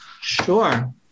Sure